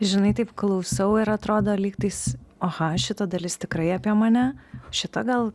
žinai taip klausau ir atrodo lyg tais aha šita dalis tikrai apie mane šita gal